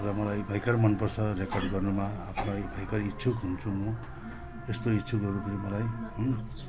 र मलाई भयङ्कर मनपर्छ रेकर्ड गर्नुमा आफूलाई भयङ्कर इच्छुक हुन्छु म यस्तो इच्छुकहरूले पनि मलाई होइन